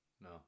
No